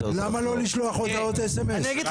למה לא לשלוח הודעות S.M.S?